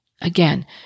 Again